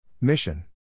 Mission